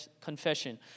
confession